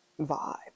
vibe